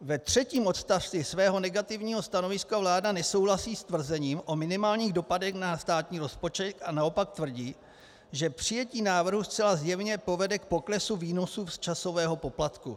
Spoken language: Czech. Ve třetím odstavci svého negativního stanoviska vláda nesouhlasí s tvrzením o minimálních dopadech na státní rozpočet a naopak tvrdí, že přijetí návrhu zcela zjevně povede k poklesu výnosu z časového poplatku.